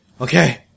Okay